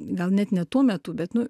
gal net ne tuo metu bet nu